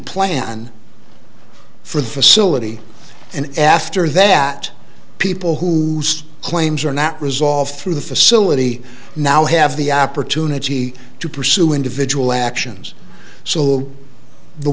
plan for the facility and after that people whose claims are not resolved through the facility now have the opportunity to pursue individual actions so